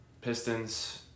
Pistons